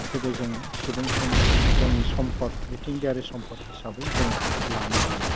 खौबो जोङो सुबुं सम जोंनि सम्फद मिथिंगायारि सम्फद हिसाबै जोङो लानो हायो